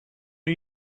are